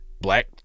black